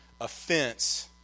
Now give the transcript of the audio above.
offense